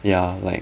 ya like